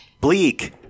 Bleak